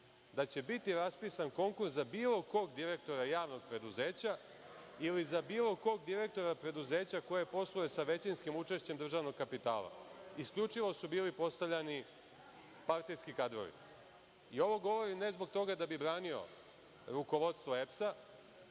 da će biti raspisan konkurs za bilo kog direktora javnog preduzeća, ili za bilo kog direktora preduzeća koje posluje sa većinskim učešćem državnog kapitala. Isključivo su bili postavljani partijski kadrovi. Ovo govorim, ne zbog toga da bih branio rukovodstvo EPS-a,